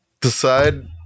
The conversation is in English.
decide